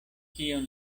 kion